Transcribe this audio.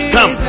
Come